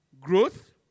growth